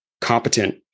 competent